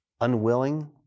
Unwilling